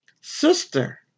sister